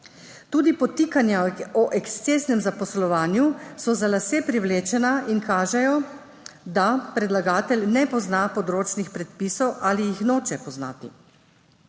Tudi podtikanja o ekscesnem zaposlovanju so za lase privlečena in kažejo, da predlagatelj ne pozna področnih predpisov ali jih noče poznati.